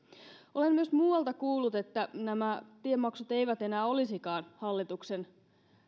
olen myös muualta kuullut että nämä tiemaksut eivät enää olisikaan hallituksen